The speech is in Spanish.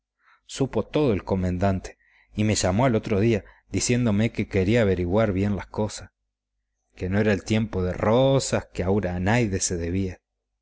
supo todo el comendante y me llamó al otro día diciéndome que quería aviriguar bien las cosas que no era el tiempo de rosas que aura a naides se debía